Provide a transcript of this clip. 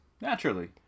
Naturally